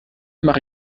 mache